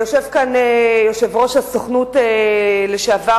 יושב-ראש הסוכנות לשעבר,